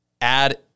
add